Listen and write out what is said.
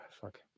Fuck